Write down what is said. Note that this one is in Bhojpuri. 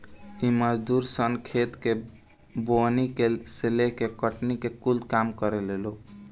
इ मजदूर सन खेत के बोअनी से लेके कटनी ले कूल काम करेला लोग